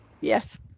yes